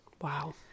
Wow